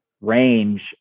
range